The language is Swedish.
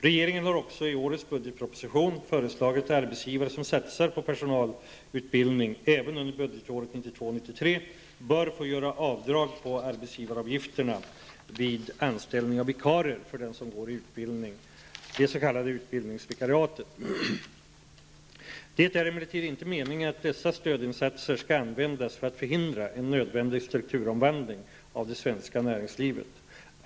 Regeringen har också, i årets budgetproposition, föreslagit att arbetsgivare som satsar på personalutbildning även under budgetåret 1992/93 bör få göra avdrag på arbetsgivaravgifterna vid anställning av vikarier för den som går i utbildning -- de s.k. utbildningsvikariaten. Det är emellertid inte meningen att dessa stödinsatser skall användas för att förhindra en nödvändig strukturomvandling av det svenska näringslivet.